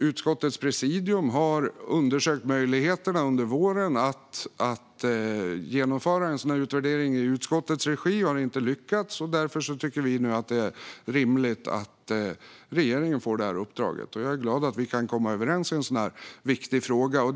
Utskottets presidium har under våren undersökt möjligheterna för att genomföra en sådan utvärdering i utskottets regi men har inte lyckats. Därför tycker vi nu att det är rimligt att regeringen får detta uppdrag. Jag är glad över att vi kan komma överens i en sådan viktig fråga.